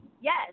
Yes